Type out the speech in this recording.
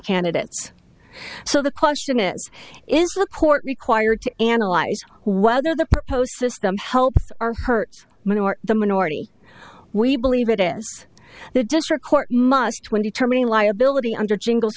candidates so the question is is the court required to analyze whether the proposed system helps or hurts the minority we believe it as the district court must when determining liability under tingles